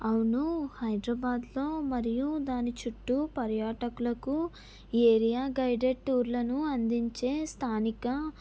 అవును హైదరాబాద్లో మరియు దాని చుట్టూ పర్యాటకులకు ఏరియా గైడెడ్ టూర్ లను అందించే స్థానిక